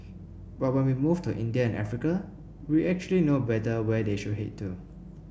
but when we move to India and Africa we actually know better where they should head to